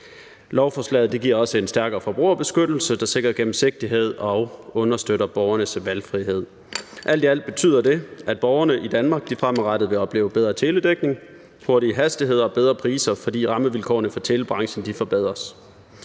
Lovforslaget giver også en stærkere forbrugerbeskyttelse, der sikrer gennemsigtighed og understøtter borgernes valgfrihed. Alt i alt betyder det, at borgerne i Danmark fremadrettet vil opleve bedre teledækning, hurtigere hastighed og bedre priser, fordi rammevilkårene for telebranchen forbedres.